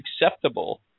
acceptable